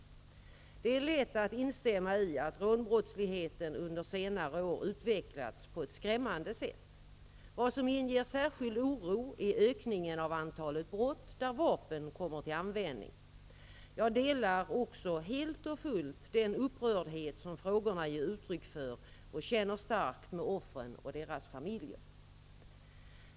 Det är lätt att instämma i att rånbrottsligheten under senare år utvecklats på ett skrämmande sätt. Vad som inger särskild oro är ökningen av antalet brott där vapen kommer till användning. Jag delar också helt och fullt den upprördhet som frågorna ger uttryck för och känner starkt med offren och deras familjer.